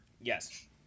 yes